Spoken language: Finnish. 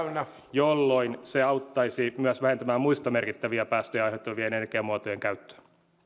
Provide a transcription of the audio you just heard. jolloin se auttaisi myös vähentämään muiden merkittäviä päästöjä aiheuttavien energiamuotojen käyttöä herra